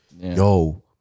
yo-